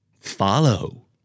Follow